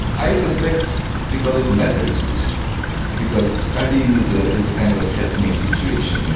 i suspect because of the methods used because studying is ah is kind of a threatening situation, you know